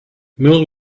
milk